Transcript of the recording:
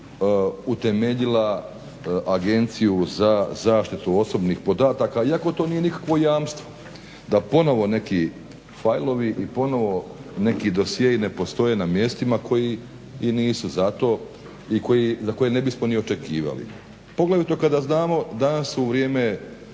utemeljila Agencija za zaštitu osobnih podataka. Iako to nije nikakvo jamstvo da ponovno neki fajlovi i ponovno neki dosjei ne postoje na mjestima koji i nisu za to i za koje ne bismo ni očekivali. Poglavito kada znamo danas u vrijeme